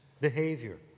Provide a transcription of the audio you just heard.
behavior